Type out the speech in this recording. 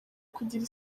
kugira